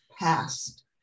past